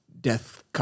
death